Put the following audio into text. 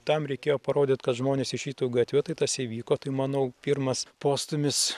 tam reikėjo parodyt kad žmonės išeitų į gatvę tai tas įvyko tai manau pirmas postūmis